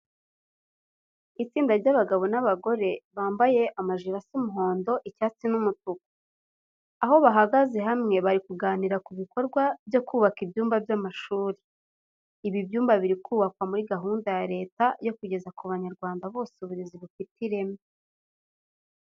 Itsinda ry'abagabo n'abagore bambaye amajire asa umuhondo, icyatsi n'umutuku, aho bahagaze hamwe bari kuganira ku bikorwa byo kubaka ibyumba by'amashuri. Ibi byumba biri kubakwa muri gahunda ya Leta yo kugeza ku banyarwanda bose uburezi bufite ireme.